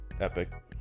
Epic